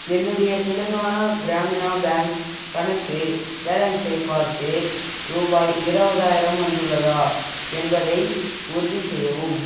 என்னுடைய தெலுங்கானா கிராமினா பேங்க்கு கணக்கு பேலன்ஸை பார்த்து ரூபாய் இருவதாயிரம் வந்துள்ளதா என்பதை உறுதி செய்யவும்